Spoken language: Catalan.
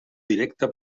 directa